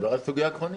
מדבר על סוגיה עקרונית.